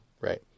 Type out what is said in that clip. right